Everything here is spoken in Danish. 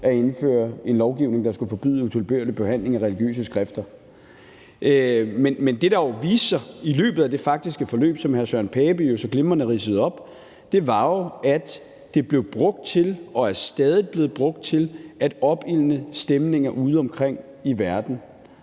at indføre en lovgivning, der skulle forbyde utilbørlig behandling af religiøse skrifter. Men det, der jo viste sig i løbet af det faktiske forløb, som hr. Søren Pape Poulsen så glimrende ridsede op, var jo, at det blev brugt til og er stadig blevet brugt til at opildne stemninger udeomkring i verden,